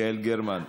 יעל גרמן,